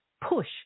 push